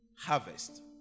harvest